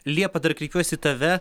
liepa dar kreipiuosi į tave